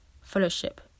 fellowship